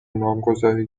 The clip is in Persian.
نامگذاری